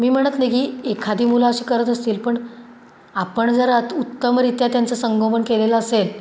मी म्हणत नाही की एखादी मुलं अशी करत असतील पण आपण जर आता उत्तमरीत्या त्यांचं संगोपन केलेलं असेल